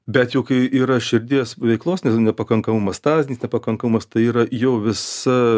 bet jau kai yra širdies veiklos nepakankamumas stazinis nepakankamumas tai yra jau visa